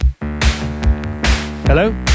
Hello